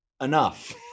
enough